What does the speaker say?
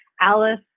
Alice